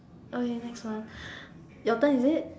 okay next one your turn is it